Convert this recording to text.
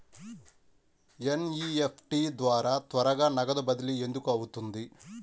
NEFT ద్వారా త్వరగా నగదు బదిలీ ఎందుకు అవుతుంది?